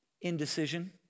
Indecision